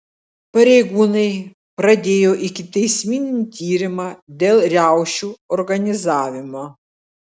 pareigūnai pradėjo ikiteisminį tyrimą dėl riaušių organizavimo